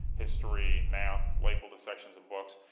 history, math, label the sections of books,